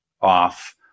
off